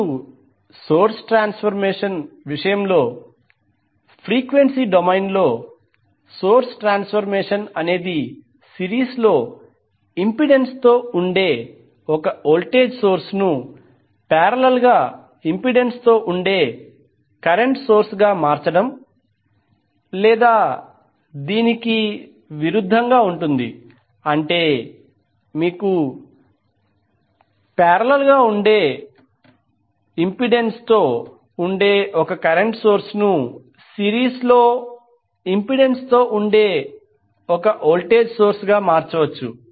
ఇప్పుడు source transformation విషయంలో frequency డొమైన్లో సోర్స్ ట్రాన్స్ఫర్మేషన్ అనేది సిరీస్ లో ఇంపెడెన్స్తో ఉండే ఒక వోల్టేజ్ సోర్స్ ను పారేలల్ గా ఇంపెడెన్స్తో ఉండే కరెంట్ సోర్స్ గా మార్చడం లేదా దీనికి విరుద్ధంగా ఉంటుంది అంటే మీకు పారేలల్ గా ఇంపెడెన్స్తో ఉండే కరెంట్ సోర్స్ ను సిరీస్ లో ఇంపెడెన్స్తో ఉండే ఒక వోల్టేజ్ సోర్స్ గా మార్చవచ్చు